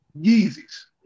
Yeezy's